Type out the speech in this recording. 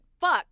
fuck